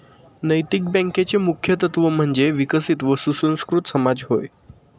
नैतिक बँकेचे मुख्य तत्त्व म्हणजे विकसित व सुसंस्कृत समाज होय